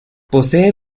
posee